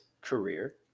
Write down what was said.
career